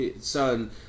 son